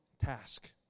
task